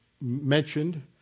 mentioned